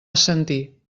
assentir